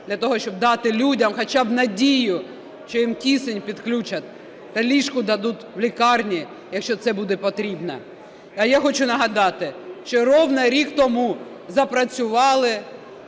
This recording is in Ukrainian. для того щоб дати людям хоча б надію, що їм кисень підключать та ліжко дадуть у лікарні, якщо це буде потрібно. А я хочу нагадати, що рівно рік тому запрацювали